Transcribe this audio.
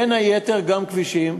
בין היתר גם כבישים.